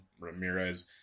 Ramirez